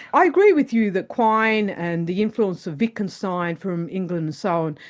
i agree with you that quine and the influence of wittgenstein from england and so on,